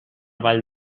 vall